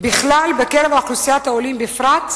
בכלל ובקרב אוכלוסיית העולים בפרט,